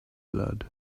blood